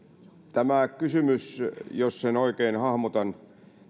tämä kysymys jos sen oikein hahmotan